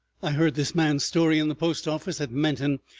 i heard this man's story in the post-office at menton,